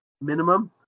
minimum